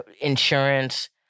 insurance